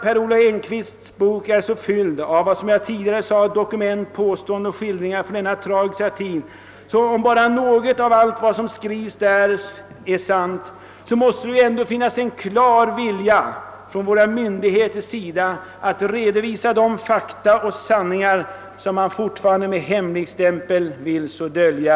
Per Olov Enquists bok är, som jag tidigare sade, så fylld av dokument, påståenden och skildringar från denna tragiska tid att om bara något av allt som skrivits i den är sant måste våra myndigheter visa en klar vilja att redovisa de fakta och sanningar som de fortfarande vill belägga med hemligstämpel och alltså dölja.